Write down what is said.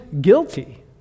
guilty